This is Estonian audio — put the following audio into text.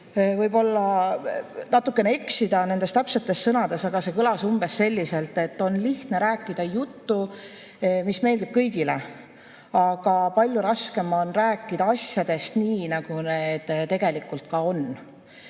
võib-olla natukene eksida täpsetes sõnades, aga see kõlas umbes selliselt, et on lihtne rääkida juttu, mis meeldib kõigile, aga palju raskem on rääkida asjadest nii, nagu need tegelikult on.Me